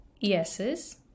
yeses